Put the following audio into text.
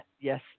yes